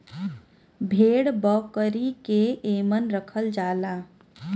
भेड़ बकरी के एमन रखल जाला